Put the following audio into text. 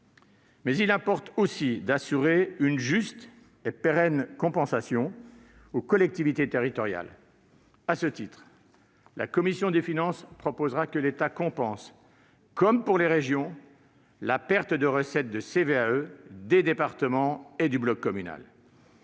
Mais il importe aussi d'assurer une juste et pérenne compensation aux collectivités territoriales. À ce titre, la commission des finances proposera que l'État compense, comme pour les régions, la perte de recettes de la cotisation sur la valeur